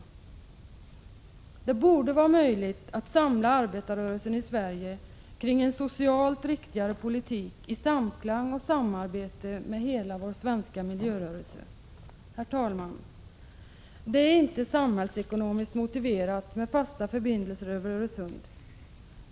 Det borde vara möjligt att samla arbetarrörelsen i Sverige kring en socialt riktigare politik i samklang och samarbete med hela vår svenska miljörörelse. Herr talman! Det är inte samhällsekonomiskt motiverat med fasta förbindelser över Öresund.